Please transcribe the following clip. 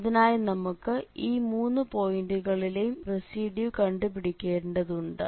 അതിനായി നമുക്ക് ഈ മൂന്നു പോയിന്റുകളിലെയും റെസിഡ്യൂ കണ്ടുപിടിക്കേണ്ടതുണ്ട്